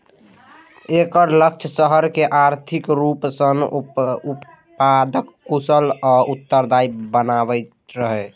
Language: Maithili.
एकर लक्ष्य शहर कें आर्थिक रूप सं उत्पादक, कुशल आ उत्तरदायी बनेनाइ रहै